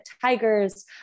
Tigers